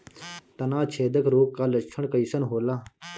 तना छेदक रोग का लक्षण कइसन होला?